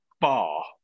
bar